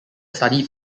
studied